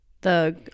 The-